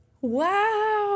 Wow